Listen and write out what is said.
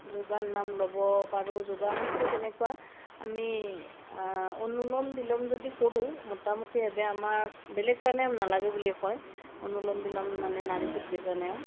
যোগাৰ নাম ল'ব পাৰোঁ যোগাসনতো কেনেকুৱা আমি অনুলম বিলোম যদি কৰোঁ মোটামোটিভৱে আমাক বেলেগ প্ৰাণায়াম নেলাগে বুলিয়েই কয় অনুলম বিলোম মানে নাড়ি শুদ্ধি প্ৰাণায়াম